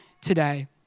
today